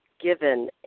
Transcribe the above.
given